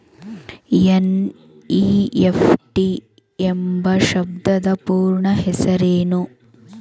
NEFT ಎಂಬ ಶಬ್ದದ ಪೂರ್ಣ ಹೆಸರೇನು?